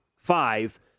five